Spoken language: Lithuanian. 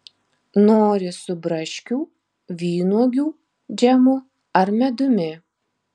nori su braškių vynuogių džemu ar medumi